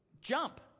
jump